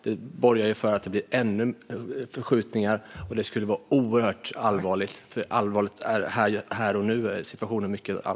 Det borgar för vidare förskjutningar. Det skulle vara oerhört allvarligt. Situationen är mycket allvarlig här och nu.